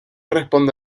responde